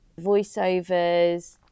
voiceovers